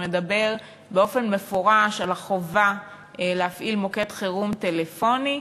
ומדובר שם במפורש על החובה להפעיל מוקד חירום טלפוני.